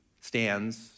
stands